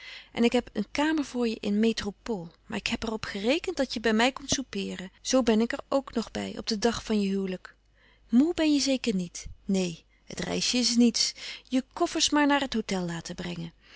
en ik heb een kamer voor je in métropole maar ik heb er op gerekend dat je bij mij komt soupeeren zoo ben ik er ook nog bij op den dag van je huwelijk moê ben je zeker niet neen het reisje is niets je koffers maar naar het hôtel laten brengen